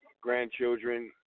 grandchildren